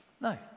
No